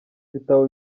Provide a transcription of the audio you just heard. ibitabo